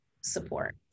support